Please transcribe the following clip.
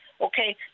Okay